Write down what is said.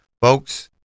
folks